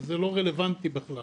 זה לא רלוונטי בכלל.